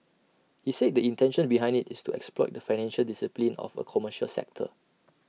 he said the intention behind IT is to exploit the financial discipline of A commercial sector